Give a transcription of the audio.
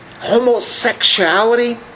Homosexuality